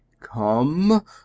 Come